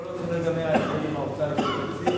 כל עוד אני לא יודע מה ההסכמים עם האוצר לגבי תקציב,